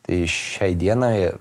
tai šiai dienai